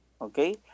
okay